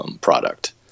product